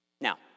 Now